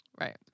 Right